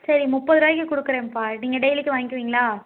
சரி முப்பது ரூவாய்க்கு கொடுக்கறேன்ப்பா நீங்கள் டெயிலிக்கும் வாங்க்குவீங்ளா